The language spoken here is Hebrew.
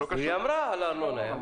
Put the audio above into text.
היא אמרה על הארנונה.